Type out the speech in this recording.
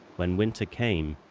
when winter came,